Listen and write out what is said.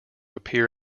appear